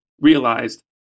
realized